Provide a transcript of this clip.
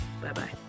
Bye-bye